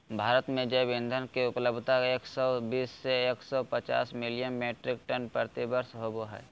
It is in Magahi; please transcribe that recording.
भारत में जैव ईंधन के उपलब्धता एक सौ बीस से एक सौ पचास मिलियन मिट्रिक टन प्रति वर्ष होबो हई